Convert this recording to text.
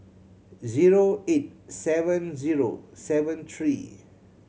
zero eight seven zero seven three